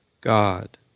God